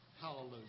hallelujah